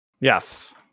Yes